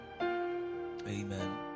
Amen